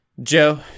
Joe